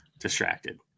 distracted